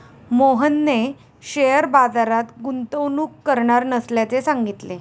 मोहनने शेअर बाजारात गुंतवणूक करणार नसल्याचे सांगितले